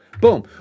boom